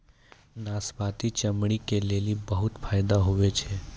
नाशपती चमड़ी के लेली बहुते फैदा हुवै छै